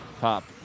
pop